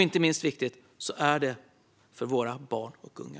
Inte minst viktigt är det för våra barn och unga.